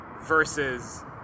Versus